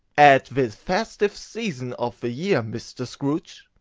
at this festive season of the year, mr. scrooge,